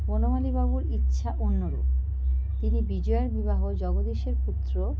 বনমালী বাবুর ইচ্ছা অন্যরূপ তিনি বিজয়ার বিবাহ জগদীশের পুত্র